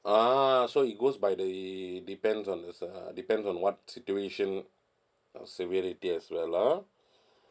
ah so it goes by the depends on uh depends on what situation uh severity as well ah